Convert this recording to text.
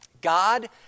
God